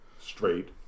straight